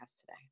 today